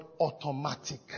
automatic